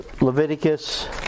Leviticus